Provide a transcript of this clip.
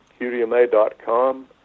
qdma.com